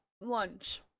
lunch